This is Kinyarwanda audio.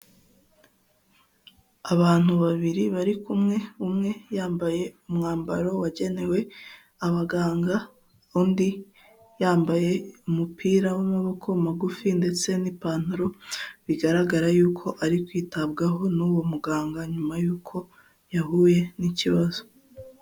Abantu babiri bari kumwe umwe yambaye umwambaro wagenewe abaganga, undi yambaye umupira w'amaboko magufi ndetse n'ipantaro bigaragara yuko ari kwitabwaho n'uwo muganga nyuma y'uko yahuye n'ikibazo.